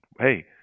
Hey